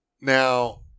Now